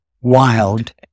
wild